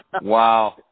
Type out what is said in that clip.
Wow